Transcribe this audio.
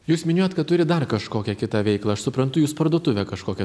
jūs minėjot kad turit dar kažkokią kitą veiklą aš suprantu jūs parduotuvę kažkokią